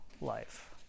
life